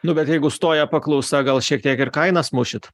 nu bet jeigu stoja paklausa gal šiek tiek ir kainas mušit